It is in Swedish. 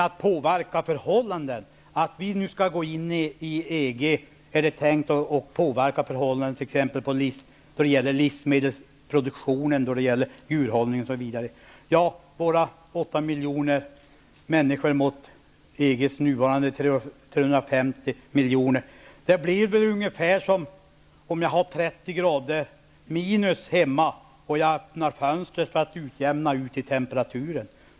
Vi skall nu gå in i EG och påverka förhållandena, är det tänkt, t.ex. då det gäller livsmedelsproduktion, djurhållning osv. Våra 8 miljoner människor mot EG:s nuvarande 350 miljoner blir väl ungefär som om det är 30 minusgrader ute och jag öppnar fönstret för att utjämna utetemperaturen.